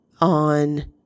On